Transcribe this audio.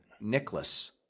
Nicholas